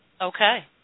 Okay